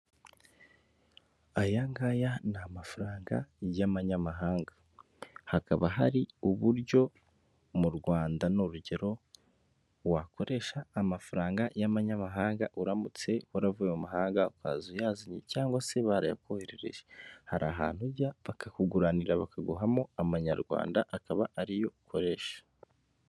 Aya ngaya ni amafaranga y'amanyamahanga hakaba hari uburyo mu Rwanda ni urugero wakoresha amafaranga y'amanyamahanga uramutse waravuye mu mahanga ukaza uyazanye cyangwa se barayakwoherereje, hari ahantu ujya bakakuguranira bakaguhamo amanyarwanda akaba ariyo ukoresha,